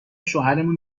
شوهرمون